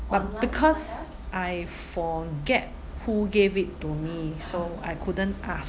but because I forget who gave it to me so I couldn't ask